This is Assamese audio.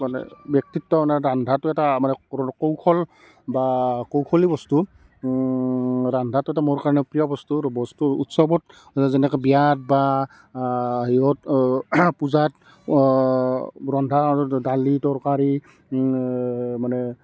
মানে ব্যক্তিত্ব মানে ৰন্ধাটো এটা মানে কৌশল বা কৌশলী বস্তু ৰন্ধাটো এটা মোৰ কাৰণে এটা প্ৰিয় বস্তু বস্তু উৎসৱত যেনেকৈ বিয়াত বা হেৰিত পূজাত ৰন্ধা দালি তৰকাৰি মানে